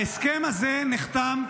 ההסכם הזה נחתם,